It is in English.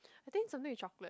I think something with chocolate